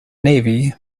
navy